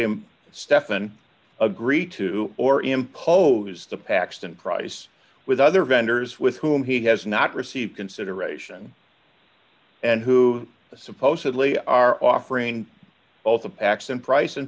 him stephan agree to or impose the paxton price with other vendors with whom he has not received consideration and who supposedly are offering both a pax in price and